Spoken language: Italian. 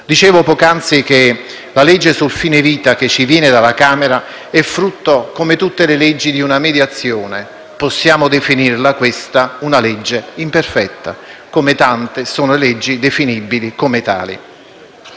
Dicevo poc'anzi che la legge sul fine vita, che ci viene dalla Camera dei deputati, è frutto come tutte le leggi di una mediazione; possiamo definirla una legge imperfetta, come tante sono le leggi definibili tali.